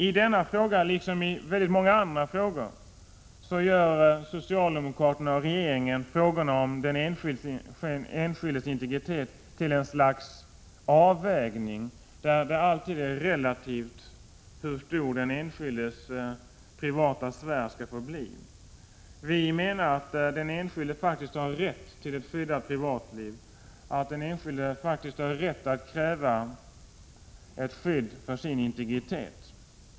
I den frågan liksom i många andra frågor gör socialdemokraterna och regeringen frågorna om den enskildes integritet till ett slags avvägning, där det alltid är relativt hur stor den enskildes privata sfär skall få bli. Vi menar att den enskilde har rätt till ett skyddat privatliv, att den enskilde har rätt att kräva ett skydd för sin integritet.